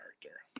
character